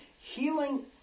Healing